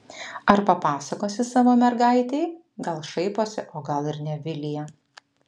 ar papasakosi savo mergaitei gal šaiposi o gal ir ne vilija